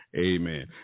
Amen